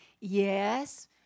Yes